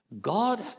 God